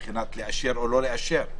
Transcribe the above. מבחינת לאשר או לא לאשר?